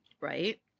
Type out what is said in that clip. Right